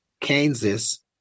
kansas